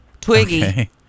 Twiggy